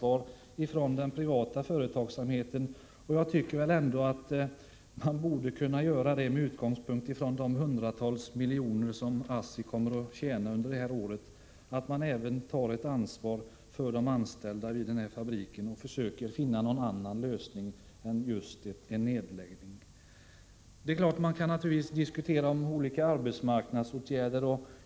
på att den privata företagsamheten skall ta sitt ansvar. Jag tycker att av vissa åtgärder man — med utgångspunkt i de hundratals miljoner som ASSI kommer att föratt motverka artjäna under detta år — även borde kunna kräva att företaget tar ett ansvar för betslösheteniNorrde anställda vid fabriken i Uddevalla och försöker finna en annan lösning än botten just en nedläggning. Det är klart att man kan diskutera olika arbetsmarknadsåtgärder.